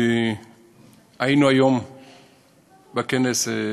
היינו היום בכנס,